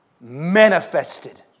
manifested